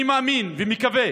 אני מאמין ומקווה